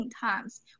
times